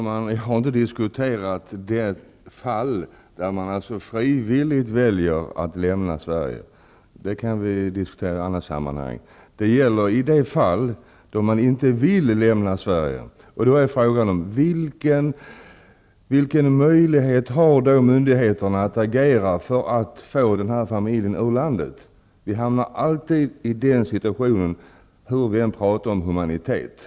Herr talman! Jag har inte diskuterat de fall då man frivilligt väljer att lämna Sverige. Det kan vi diskutera i andra sammanhang. Det gäller nu de fall då man inte vill lämna Sverige. Frågan är vilken möjlighet myndigheterna har att agera för att få en familj ut ur landet. Vi hamnar alltid i den situationen, hur mycket vi än pratar om humanitet.